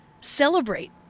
celebrate